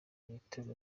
ibitego